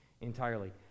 entirely